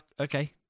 okay